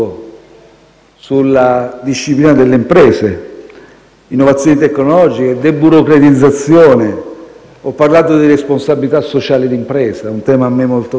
sulla disciplina delle imprese, innovazioni tecnologiche e deburocratizzazione, ho parlato di responsabilità sociale d'impresa, un tema a me molto caro,